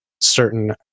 certain